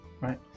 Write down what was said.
right